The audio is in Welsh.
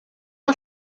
mae